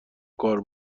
کار